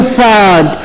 sad